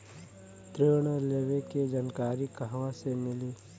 ऋण लेवे के जानकारी कहवा से मिली?